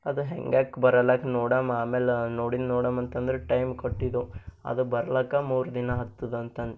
ಅದು ಹೇಗಾಕ ಬರಲ್ಲಾಕ ನೋಡಮ್ ಆಮೇಲೆ ನೋಡಿದ ನೋಡಮ್ ಅಂತಂದ್ರೆ ಟೈಮ್ ಕೊಟ್ಟಿದೋ ಅದು ಬರ್ಲಾಕ್ಕ ಮೂರು ದಿನ ಹತ್ತದಂತಂದು